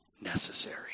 necessary